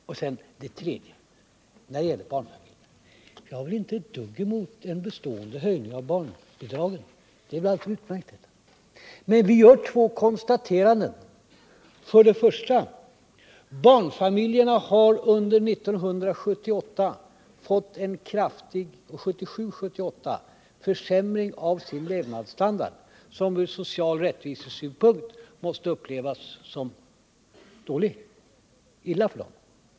När det gäller barnfamiljerna vill jag säga att jag inte har ett dugg emot en bestående höjning av barnbidragen. Det är ett alldeles utmärkt förslag. Men vi gör två konstateranden. För det första: Barnfamiljerna har under 1977 och 1978 fått en kraftig försämring av sin levnadsstandard, något som från social rättvisesynpunkt måste upplevas som illa skött politik.